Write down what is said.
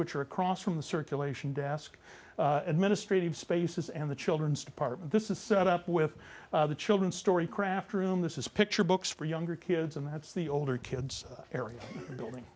which are across from the circulation desk administrative spaces and the children's department this is set up with the children's story craft room this is picture books for younger kids and that's the older kids area